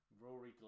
Rory